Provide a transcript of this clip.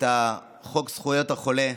את חוק זכויות החולה,